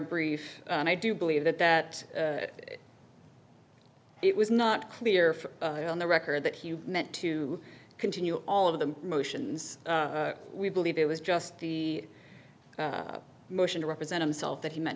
brief and i do believe that that it was not clear on the record that he meant to continue all of them motions we believe it was just the motion to represent himself that he m